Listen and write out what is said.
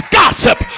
gossip